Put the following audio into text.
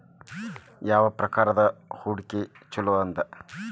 ಯಾವ ಪ್ರಕಾರದ ಹೂಡಿಕೆ ಚೊಲೋ ಅದ